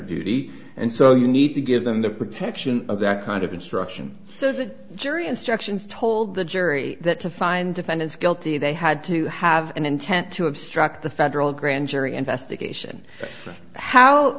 duty and so you need to give them the protection of that kind of instruction so the jury instructions told the jury that to find defendants guilty they had to have an intent to obstruct the federal grand jury investigation how